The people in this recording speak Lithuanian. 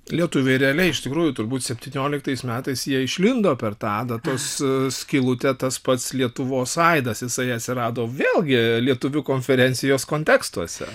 lietuviai realiai iš tikrųjų turbūt septynioliktais metais jie išlindo per tą adatos skylutę tas pats lietuvos aidas jisai atsirado vėlgi lietuvių konferencijos kontekstuose